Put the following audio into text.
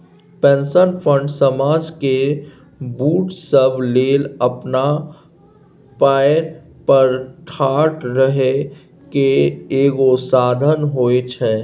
pension fund समाज केर बूढ़ सब लेल अपना पएर पर ठाढ़ रहइ केर एगो साधन होइ छै